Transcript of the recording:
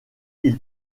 ils